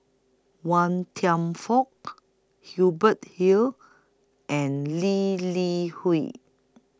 Wan Kam Fook Hubert Hill and Lee Li Hui